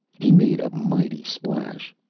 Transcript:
he made a mighty splash.